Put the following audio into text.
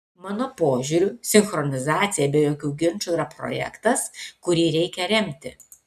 mano požiūriu sinchronizacija be jokių ginčų yra projektas kurį reikia remti